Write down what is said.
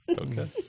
Okay